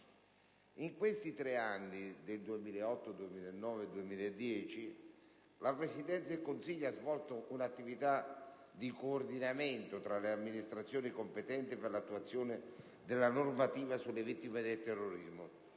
In questi tre anni, dal 2008 al 2010, la Presidenza del Consiglio ha svolto un'attività di coordinamento tra le amministrazioni competenti per l'attuazione della normativa sulle vittime del terrorismo,